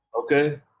okay